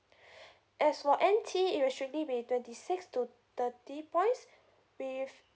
as for N_T it'll strictly be twenty six to thirty points with